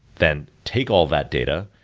then take all that data,